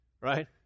Right